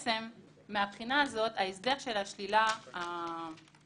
מהבחינה הזאת, ההסדר של השלילה הגורפת